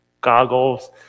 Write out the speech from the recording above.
goggles